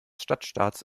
stadtstaats